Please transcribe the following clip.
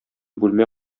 бүлмә